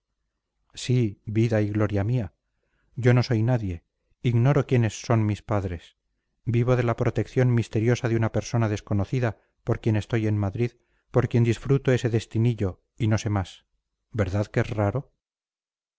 sí vida y gloria mía yo no soy nadie ignoro quiénes son mis padres vivo de la protección misteriosa de una persona desconocida por quien estoy en madrid por quien disfruto ese destinillo y no sé más verdad que es raro